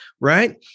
right